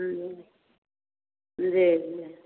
जी जी